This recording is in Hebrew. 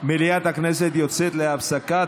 מליאת הכנסת יוצאת להפסקה.